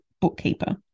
bookkeeper